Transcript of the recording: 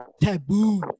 Taboo